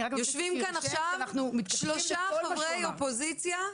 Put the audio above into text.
--- יושבים כאן עכשיו שלושה חברי אופוזיציה.